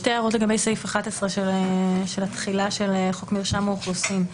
שתי הערות לגבי סעיף 11 של התחילה של חוק מרשם האוכלוסין.